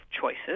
choices